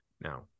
Now